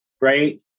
right